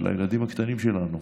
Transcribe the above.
של הילדים הקטנים שלנו,